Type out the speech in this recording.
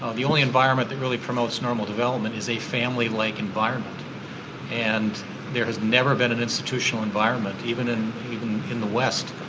ah the only environment that really promotes normal development is a family-like environment and there has never been an institutional environment, even in in the west,